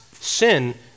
Sin